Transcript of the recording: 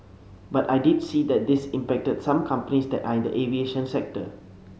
but I did see that this impacted some companies that are in the aviation sector